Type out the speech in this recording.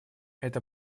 это